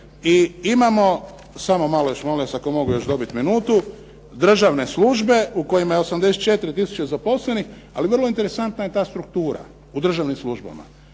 i imamo, samo još malo molim vas ako mogu dobiti još minuti. Državne službe u kojima je 84 tisuće zaposlenih. Ali je vrlo interesantna ta struktura u državnim službama.